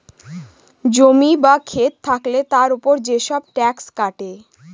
জমি বা খেত থাকলে তার উপর যেসব ট্যাক্স কাটে